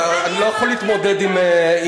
אז אני לא יכול להתמודד עם אמירה.